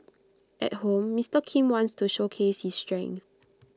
at home Mister Kim wants to showcase his strength